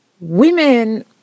Women